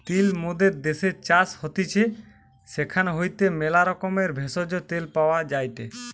তিল মোদের দ্যাশের চাষ হতিছে সেখান হইতে ম্যালা রকমের ভেষজ, তেল পাওয়া যায়টে